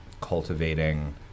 cultivating